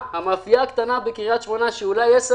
והמאפייה הקטנה בקריית שמונה שהיא אולי 10